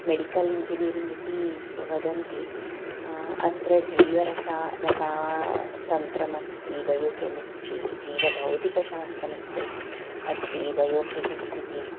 medical engineering इति वदन्ति अत्र जीवराशिः रसायनं तन्त्रमस्ति बयोकेमिस्ट्रि जीवभौतिकशास्त्रमस्ति अस्ति अस्ति बयोफ़िज़िक्स् इति